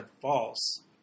false